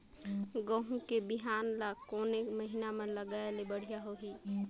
गहूं के बिहान ल कोने महीना म लगाय ले बढ़िया होही?